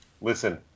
Listen